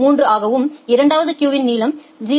3 ஆகவும் இரண்டாவது கியூ யின் நீளம் 0